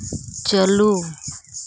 ᱪᱟᱹᱞᱩ